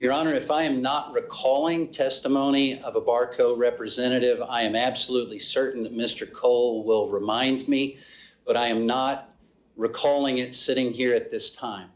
your honor if i am not recalling testimony of our co representative i am absolutely certain that mr cole will remind me but i am not recalling it sitting here at this time